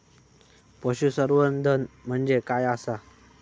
पशुसंवर्धन म्हणजे काय आसा?